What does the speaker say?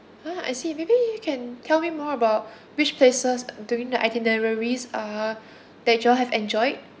ah I see maybe you can tell me more about which places during the itineraries uh that you all have enjoyed